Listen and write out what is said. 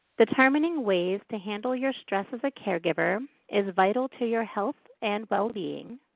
determining ways to handle your stress as a caregiver is vital to your health and well-being.